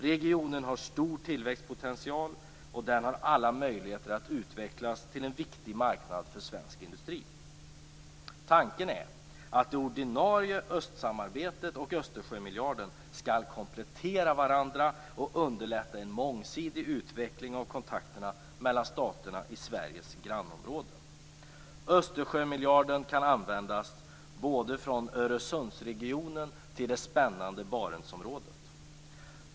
Regionen har stor tillväxtpotential, och den har alla möjligheter att utvecklas till en viktig marknad för svensk industri. Tanken är att det ordinarie östsamarbetet och Östersjömiljarden skall komplettera varandra och underlätta en mångsidig utveckling av kontakterna mellan staterna i Sveriges grannområde. Östersjömiljarden kan användas från Öresundsregionen till Barentsområdet.